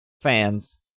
fans